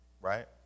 right